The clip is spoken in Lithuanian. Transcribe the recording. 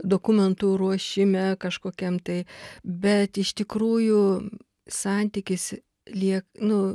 dokumentų ruošime kažkokiam tai bet iš tikrųjų santykis liek nu